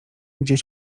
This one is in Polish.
gdzieś